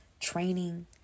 training